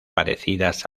parecidas